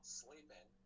sleeping